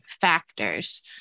factors